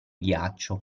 ghiaccio